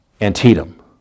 Antietam